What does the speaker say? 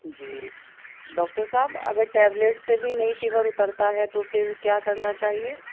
جی doctor صاحب اگر tablet سے بھی نہیں فیور اترتا ہے تو پھر کیا کرنا چاہیے